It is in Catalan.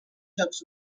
jocs